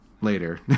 later